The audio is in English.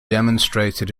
demonstrated